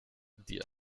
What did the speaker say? die